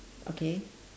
okay